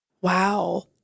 Wow